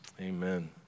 Amen